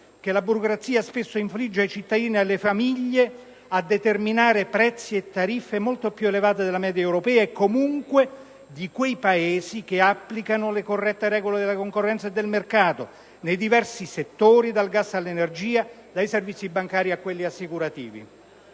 che la burocrazia spesso infligge ai cittadini e alle famiglie) da determinare prezzi e tariffe molto più elevate della media europea e comunque di quei Paesi che applicano le corrette regole della concorrenza e del mercato nei diversi settori, dal gas all'energia, dai servizi bancari a quelli assicurativi.